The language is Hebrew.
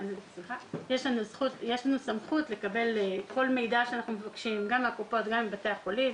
יש לנו זכות לקבל כל מידע שאנחנו מבקשים גם מהקופות וגם מבתי החולים.